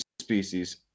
species